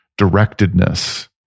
directedness